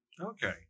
Okay